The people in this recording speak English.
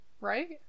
right